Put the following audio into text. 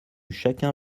chacun